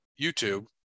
YouTube